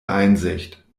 einsicht